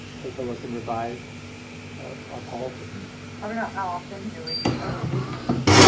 take a look and revise our policy i don't know how often do we to guard at least